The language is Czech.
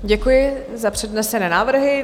Děkuji za přednesené návrhy.